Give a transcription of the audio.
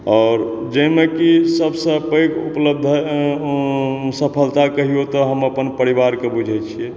और जैमे कि सबसऽ पैघ उपलब्धि सफलता कहियौ तऽ हम अपन परिवारके बुझै छियै